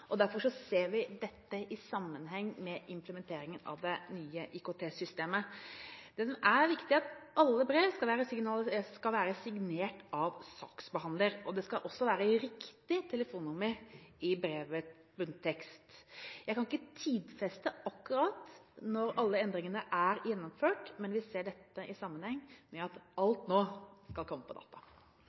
og derfor ser vi dette i sammenheng med implementeringen av det nye IKT-systemet. Det som er viktig, er at alle brev skal være signert av saksbehandler, og det skal også være riktig telefonnummer i brevets bunntekst. Jeg kan ikke tidfeste akkurat når alle endringene skal være gjennomført, men vi ser dette i sammenheng med at alt nå skal komme på data.